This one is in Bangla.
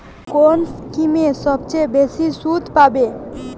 কোন স্কিমে সবচেয়ে বেশি সুদ পাব?